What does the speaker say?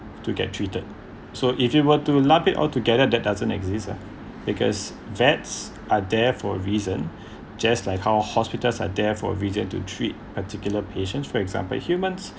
to get treated so if you were to lump it altogether that doesn't exist lah because vets are there for a reason just like our hospitals are there for a reason to treat particular patients for example humans